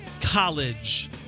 college